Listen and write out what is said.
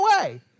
away